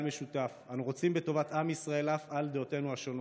משותף: אנו רוצים בטובת עם ישראל על אף דעותינו השונות.